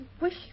wish